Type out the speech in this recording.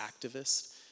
activist